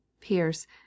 Pierce